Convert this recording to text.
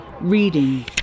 reading